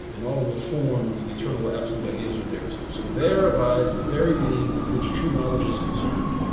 and all the forms, the eternal absolute ideas are there too. so there abides the very being with which true knowledge is concerned,